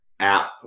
App